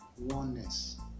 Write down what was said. oneness